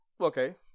okay